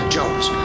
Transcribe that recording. Jones